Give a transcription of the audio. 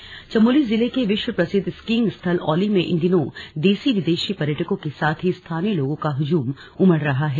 औली नववर्ष चमोली जिले के विश्व प्रसिद्ध स्कींइग स्थल औली में इन दिनों देशी विदेशी पर्यटकों के साथ ही स्थानीय लोगों का हुजूम उमड़ रहा है